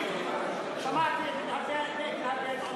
אני שמעתי את בגין הבן אומר